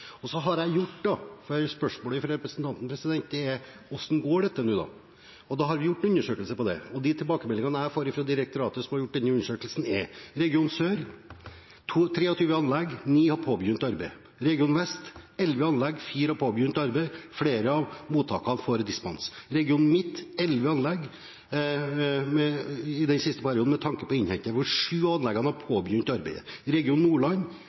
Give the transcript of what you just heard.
Spørsmålet fra representanten er: Hvordan går dette nå? Vi har gjort undersøkelser om det. De tilbakemeldingene jeg har fått fra direktoratet, som har gjort denne undersøkelsen, er: region Sør: 23 anlegg, 9 har påbegynt arbeid region Vest: 11 anlegg, 4 har påbegynt arbeid, flere av mottakene får dispensasjon region Midt: 11 anlegg, i den siste perioden med tanke på innhenting, 7 av anleggene har påbegynt arbeid region Nordland: